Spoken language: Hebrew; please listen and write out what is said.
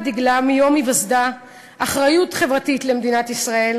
דגלה מיום היווסדה אחריות חברתית למדינת ישראל